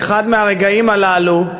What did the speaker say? באחד מהרגעים הללו,